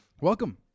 Welcome